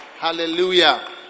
Hallelujah